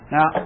Now